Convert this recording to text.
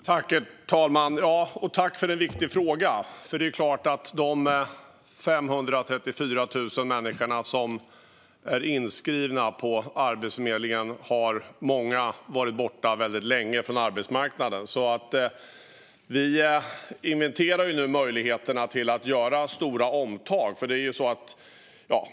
Herr talman! Jag tackar för en viktig fråga. Det är klart att många av de 534 000 människor som är inskrivna på Arbetsförmedlingen har varit borta väldigt länge från arbetsmarknaden. Vi inventerar nu möjligheterna att göra stora omtag.